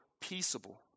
peaceable